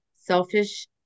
selfish